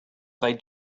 they